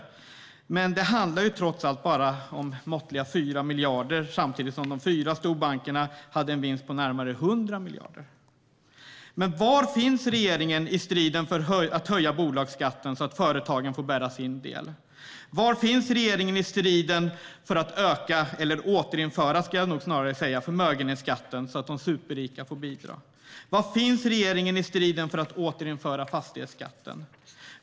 Men det handlar trots allt bara om måttliga 4 miljarder - samtidigt som de fyra storbankerna hade en vinst på närmare 100 miljarder. Men var finns regeringen i striden för att höja bolagsskatten så att företagen får bära sin del? Var finns regeringen i striden för att återinföra förmögenhetsskatten så att de superrika får bidra? Var finns regeringen i striden för att återinföra fastighetsskatten?